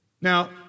Now